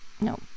no